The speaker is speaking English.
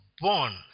born